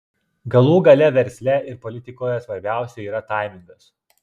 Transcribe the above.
galų gale versle ir politikoje svarbiausia yra taimingas